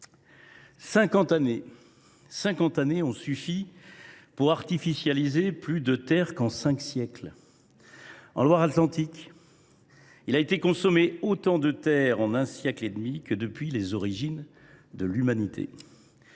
années ont suffi pour artificialiser davantage de terres qu’en cinq siècles. Ainsi, en Loire Atlantique, on a consommé autant de terres en un siècle et demi que depuis les origines de l’humanité